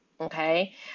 okay